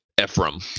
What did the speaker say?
Ephraim